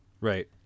Right